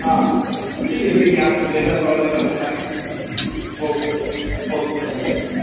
ہاں ٹھیک ہے دیکھیے آپ کو جیسا سہولت ہوتا ہے okay sir okay thank you